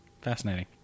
fascinating